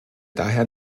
daher